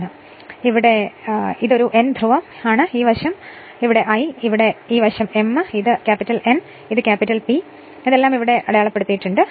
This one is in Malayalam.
ഈ സാഹചര്യത്തിൽ ഞാൻ എടുത്ത ചിത്രമാണ് ഇവയെല്ലാം പുസ്തകത്തിൽ നിന്ന് എടുത്തതാണ് ഇതൊരു N ധ്രുവം ആണ് ഈ വശം l ആണ് ഈ വശം m ആണ് ഇത് N ആണ് ഇത് P ആണ് ഇതിനകം ഇവിടെ അടയാളപ്പെടുത്തിയിരിക്കുന്നു